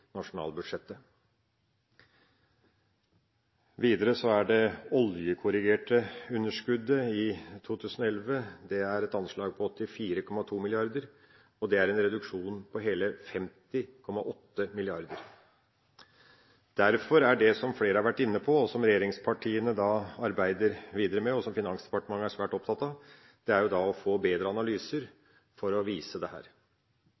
nasjonalbudsjettet. Videre er det oljekorrigerte underskuddet i 2011 anslått til 84,2 mrd. kr, og det er en reduksjon på hele 50,8 mrd. kr. Det som flere har vært inne på, og som regjeringspartiene arbeider videre med og Finansdepartementet er svært opptatt av, er å få bedre analyser for å vise dette. Samtidig vil jeg si at det